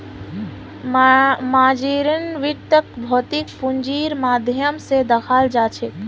margin वित्तक भौतिक पूंजीर माध्यम स दखाल जाछेक